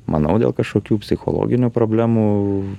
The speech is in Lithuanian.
manau dėl kažkokių psichologinių problemų